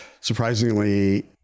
Surprisingly